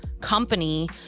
company